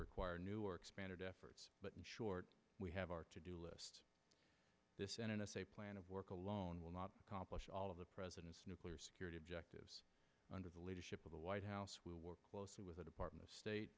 or expanded efforts but in short we have our to do list this plan of work alone will not accomplish all of the president's nuclear security objectives under the leadership of the white house we work closely with the department of state